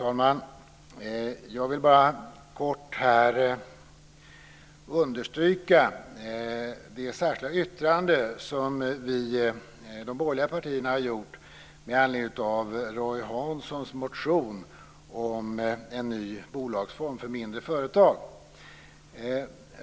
Fru talman! Jag vill kortfattat här understryka det särskilda yttrande som de borgerliga partierna har gjort med anledning av Roy Hanssons motion om en ny bolagsform för mindre företag.